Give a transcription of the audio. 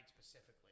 specifically